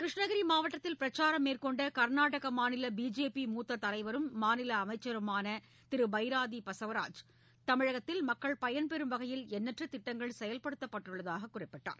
கிருஷ்ணகிரி மாவட்டத்தில் பிரச்சாரம் மேற்கொண்ட கர்நாடக மாநில பிஜேபி மூத்த தலைவரும் மாநில அமைச்சருமான திரு பைராதி பசவராஜ் தமிழகத்தில் மக்கள் பயன்பெறும் வகையில் எண்ணற்ற திட்டங்கள் செயல்படுத்தப்பட்டுள்ளதாக கூறினார்